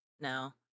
no